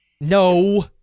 no